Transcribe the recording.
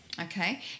Okay